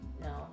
No